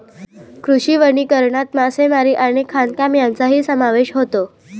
कृषी वनीकरणात मासेमारी आणि खाणकाम यांचाही समावेश होतो